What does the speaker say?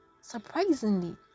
surprisingly